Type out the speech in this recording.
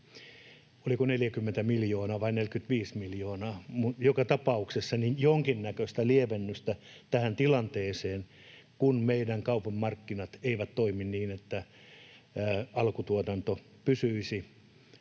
oliko 40 miljoonaa vai 45 miljoonaa — joka tapauksessa jonkinnäköistä lievennystä tähän tilanteeseen, kun meidän kaupan markkinat eivät toimi niin, että alkutuotanto pysyisi